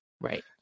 Right